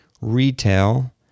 Retail